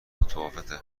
متفاوته